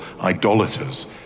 idolaters